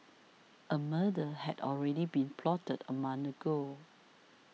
a murder had already been plotted among ago